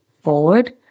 forward